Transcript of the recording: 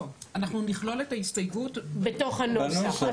לא, אנחנו נכלול את ההסתייגות בתוך הנוסח.